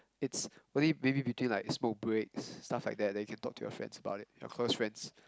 it's really maybe between like small breaks stuffs like that that you can talk to your friends about it your close friends